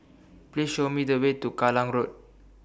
Please Show Me The Way to Kallang Road